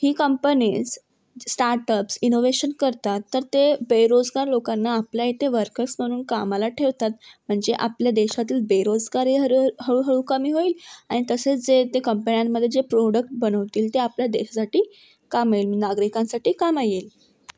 ही companies startups innovation करतात तर ते बेरोजगार लोकांना आपल्या येथे वर्कर्स म्हणून कामाला ठेवतात म्हणजे आपल्या देशातील बेरोजगारी हरू हळूहळू कमी होईल ॲन्ड तसेच जे ते कंपन्यांमध्ये जे प्रोडक्ट बनवतील ते आपल्या देशासाठी कामाला येईल नागरिकांसाठी कामाला येईल